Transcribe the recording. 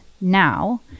now